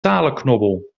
talenknobbel